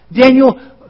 Daniel